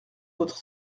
votre